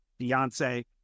Beyonce